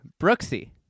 Brooksy